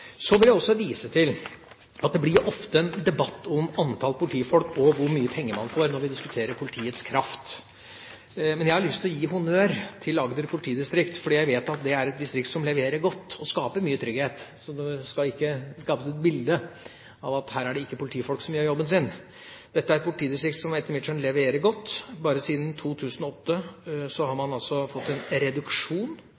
Så vil jeg også vise til at det ofte blir en debatt om antall politifolk og hvor mye penger man får, når vi diskuterer politiets kraft. Men jeg har lyst til å gi honnør til Agder politidistrikt, for jeg vet at det er et distrikt som leverer godt og skaper mye trygghet. Så det skal ikke skapes et bilde av at her er det ikke politifolk som gjør jobben sin. Dette er et politidistrikt som etter mitt skjønn leverer godt. Bare siden 2008 har man